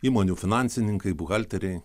įmonių finansininkai buhalteriai